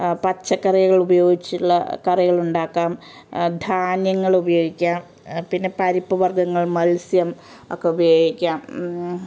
പച്ചക്കറികൾ ഉപയോഗിച്ചുള്ള കറികളുണ്ടാക്കാം ധാന്യങ്ങൾ ഉപയോഗിക്കാം പിന്നെ പരിപ്പ് വർഗ്ഗങ്ങൾ മത്സ്യം ഒക്കെ ഉപയോഗിക്കാം